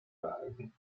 gehalten